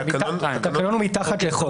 תקנון הוא מתחת לחוק.